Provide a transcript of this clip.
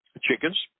Chickens